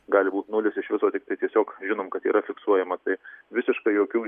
gali būti nulis iš viso tiktai tiesiog žinom kad yra fiksuojama tai visiškai jokių